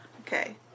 Okay